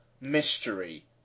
mystery